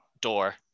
door